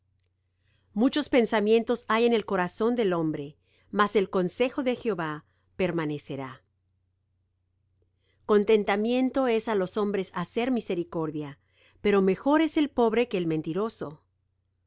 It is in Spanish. muchos pensamientos hay en el corazón del hombre mas el consejo de jehová permanecerá contentamiento es á los hombres hacer misericordia pero mejor es el pobre que el mentiroso